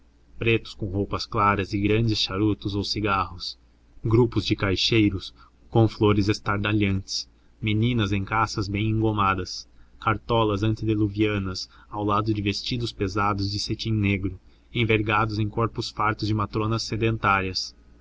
pretos com roupas claras e grandes charutos ou cigarros grupos de caixeiros com flores estardalhantes meninas em cassas bem engomadas cartolas antediluvianas ao lado de vestidos pesados de cetim negro envergados em corpos fartos de matronas sedentárias